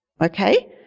okay